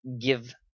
give